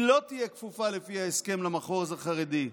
היא לא תהיה כפופה למחוז החרדי.